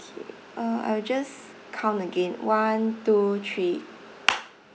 K uh I will just count again one two three